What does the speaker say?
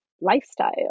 lifestyle